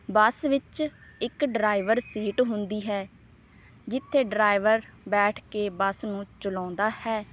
ਬੱਸ ਵਿੱਚ ਇੱਕ driver seat ਹੁੰਦੀ ਹੈ ਜਿੱਥੇ ਡਰਾਈਵਰ ਬੈਠ ਕੇ ਬੱਸ ਨੂੰ ਚਲਾਉਂਦਾ ਹੈ